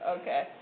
Okay